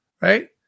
right